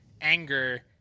anger